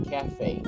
Cafe